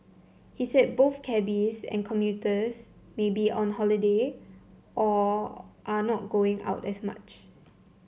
he said both cabbies and commuters may be on holiday or are not going out as much